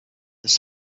their